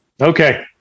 Okay